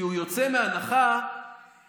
כי הוא יוצא מהנחה שוואללה,